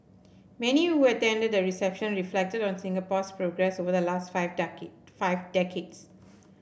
many who attended the reception reflected on Singapore's progress over the last five five decades